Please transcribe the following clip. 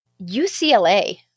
UCLA